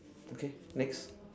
okay next